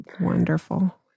Wonderful